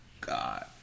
God